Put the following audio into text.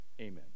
Amen